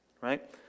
Right